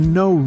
no